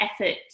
effort